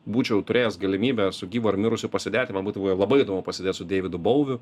būčiau turėjęs galimybę su gyvu ar mirusiu pasėdėti man būtų buvę labai įdomu pasėdėt su deividu bouviu